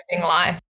life